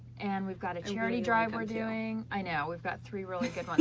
and we've got a charity drive we're doing. i know, we've got three really good ones